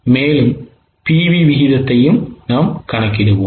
மேலும் PV விகிதத்தை கணக்கிடுவோம்